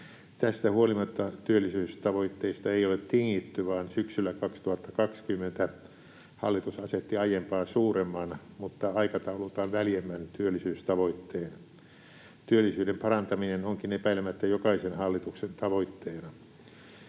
Tästä huolimatta työllisyystavoitteista ei ole tingitty, vaan syksyllä 2020 hallitus asetti aiempaa suuremman mutta aikataulultaan väljemmän työllisyystavoitteen. Työllisyyden parantaminen onkin epäilemättä jokaisen hallituksen tavoitteena.